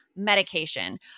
medication